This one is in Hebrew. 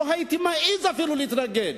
לא הייתי מעז אפילו להתנגד.